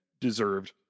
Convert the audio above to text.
deserved